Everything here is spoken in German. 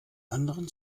anderen